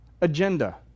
agenda